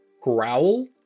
growl